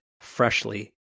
Freshly